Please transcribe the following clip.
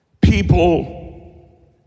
people